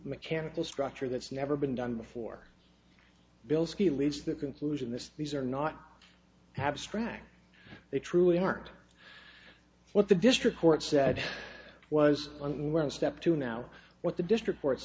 mechanical structure that's never been done before bilsky leads to the conclusion this these are not abstract they truly aren't what the district court said was on one step two now what the district